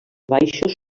baixos